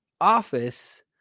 office